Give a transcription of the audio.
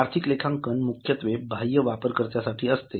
आर्थिक लेखांकन मुख्यत्वे बाह्य वापरकर्त्यांसाठी असते